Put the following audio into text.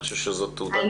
אני חושבת שזאת תעודת עניות.